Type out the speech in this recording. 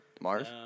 Mars